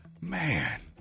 Man